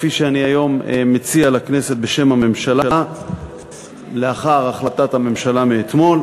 כפי שאני היום מציע לכנסת בשם הממשלה לאחר החלטת הממשלה מאתמול,